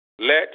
let